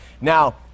Now